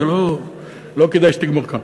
לא כדאי שתגמור כאן.